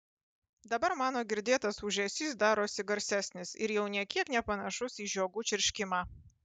dabar mano girdėtas ūžesys darosi garsesnis ir jau nė kiek nepanašus į žiogų čirškimą